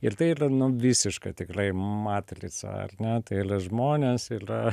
ir tai yra visiška tikrai matrica ar ne tai ylia žmonės ylia